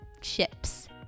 chips